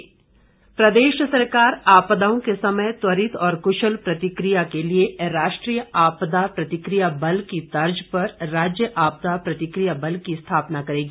मुख्य सचिव प्रदेश सरकार आपदाओं के समय त्वरित और कृशल प्रतिक्रिया के लिए राष्ट्रीय आपदा प्रतिक्रिया बल की तर्ज पर राज्य आपदा प्रतिक्रिया बल की स्थापना करेगी